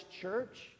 church